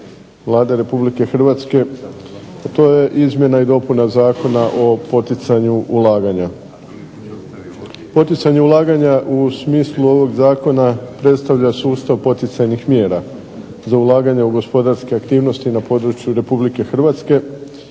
Vlade Republike Hrvatske, to je izmjena i dopuna Zakona o poticanju ulaganja. Poticanje ulaganja u smislu ovog zakona predstavlja sustav poticajnih mjera za ulaganja u gospodarske aktivnosti na području Republike Hrvatske,